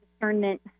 discernment